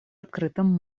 открытом